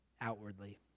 outwardly